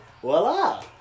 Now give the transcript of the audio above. Voila